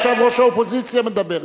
עכשיו ראש האופוזיציה מדברת.